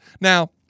Now